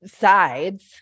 sides